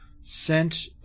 sent